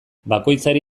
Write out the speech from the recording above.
bakoitzari